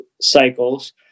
cycles